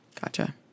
gotcha